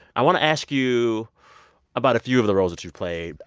i want to ask you about a few of the roles that you've played.